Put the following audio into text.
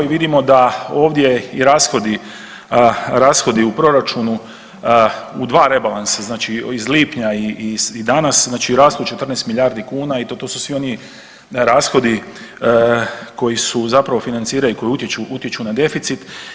I vidimo da ovdje i rashodi u proračunu u dva rebalansa, znači iz lipnja i danas, znači rastu 14 milijardi kuna i to su svi oni rashodi koji su zapravo financira i koji utječu na deficit.